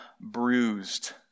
bruised